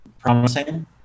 promising